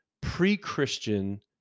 pre-Christian